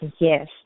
Yes